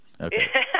Okay